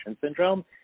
syndrome